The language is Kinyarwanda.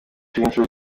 w’amashuri